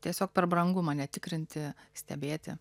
tiesiog per brangu mane tikrinti stebėti